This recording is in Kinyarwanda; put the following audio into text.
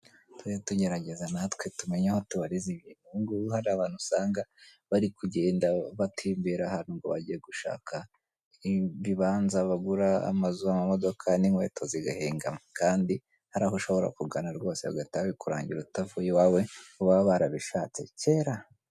Tujye tugerageza natwe tumenye aho tubariza ibintu, ubu ngubu hari abantu usanga bari kugenda batembera ahantu ngo bagiye gushaka ibibanza, bagura amazu, amamodoka, n'inkweto zigahengama kandi hari aho ushobora kugana rwose bagahita babikurangira utavuye iwawe baba barabishatse kera.